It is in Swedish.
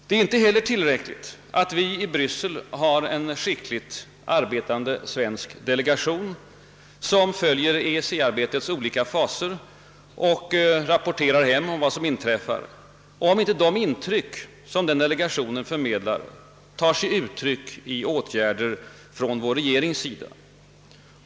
Det är inte heller tillräckligt att vi i Brössel har en skickligt arbetande svensk delegation, som följer EEC-arbetets olika faser och rapporterar hem vad som inträffar, om inte de intryck som denna delegation förmedlar tar sig uttryck i åtgärder av vår regering.